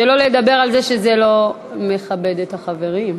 שלא לדבר על זה שזה לא מכבד את החברים.